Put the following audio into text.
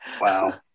Wow